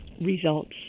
results